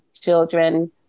children